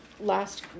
last